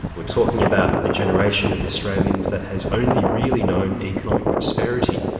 we're talking about a generation of australians that has only really known economic prosperity.